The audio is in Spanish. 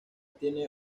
tiene